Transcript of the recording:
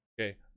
Okay